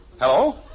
Hello